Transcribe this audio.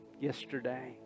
Yesterday